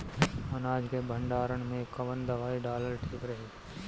अनाज के भंडारन मैं कवन दवाई डालल ठीक रही?